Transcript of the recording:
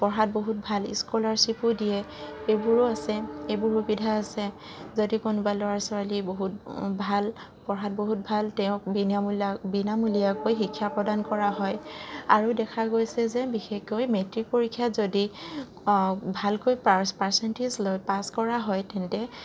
পঢ়াত বহুত ভাল স্ক'লাৰছিপো দিয়ে এইবোৰো আছে এইবোৰ সুবিধা আছে যদি কোনোবা লৰা ছোৱালী বহুত ভাল পঢ়াত বহুত ভাল তেওঁক বিনমূলীয়া বিনামূলীয়াকৈ শিক্ষা প্ৰদান কৰা হয় আৰু দেখা গৈছে যে বিশেষকৈ মেট্ৰিক পৰীক্ষাত যদি ভালকৈ পাৰ্চেণ্টিজ লৈ পাছ কৰা হয় তেন্তে